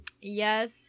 yes